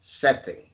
setting